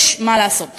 יש מה לעשות.